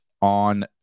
On